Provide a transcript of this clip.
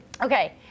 Okay